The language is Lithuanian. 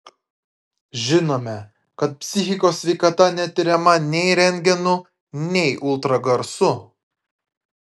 žinome kad psichikos sveikata netiriama nei rentgenu nei ultragarsu